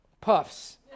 Puffs